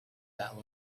that